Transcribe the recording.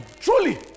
Truly